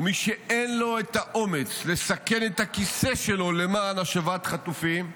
ומי שאין לו את האומץ לסכן את הכיסא שלו למען השבת חטופים,